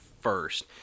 first